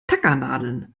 tackernadeln